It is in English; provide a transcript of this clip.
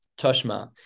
Toshma